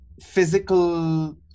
physical